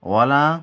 वॉला